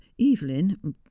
evelyn